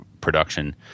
production